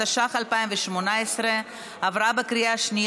התשע"ח 2018,